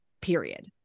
period